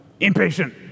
impatient